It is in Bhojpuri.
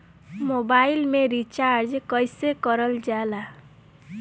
मोबाइल में रिचार्ज कइसे करल जाला?